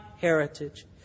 heritage